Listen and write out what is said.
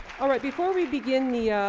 alright, before we begin the, ah,